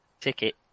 Ticket